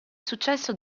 successo